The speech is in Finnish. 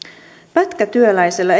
pätkätyöläisellä